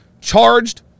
charged